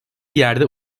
yerde